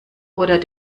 oder